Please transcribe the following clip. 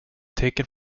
taken